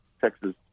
Texas